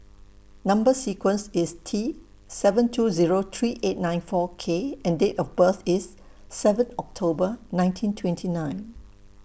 Number sequence IS T seven two Zero three eight nine four K and Date of birth IS seven October nineteen twenty nine